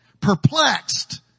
perplexed